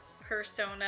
persona